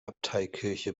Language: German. abteikirche